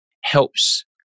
helps